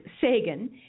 Sagan